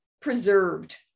preserved